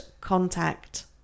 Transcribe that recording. contact